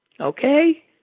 Okay